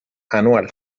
anual